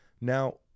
Now